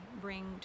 bring